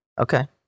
Okay